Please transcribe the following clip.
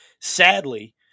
sadly